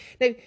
Now